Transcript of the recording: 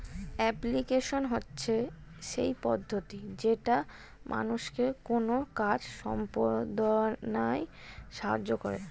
application হচ্ছে সেই পদ্ধতি যেটা মানুষকে কোনো কাজ সম্পদনায় সাহায্য করে